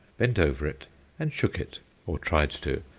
bent over it and shook it or tried to,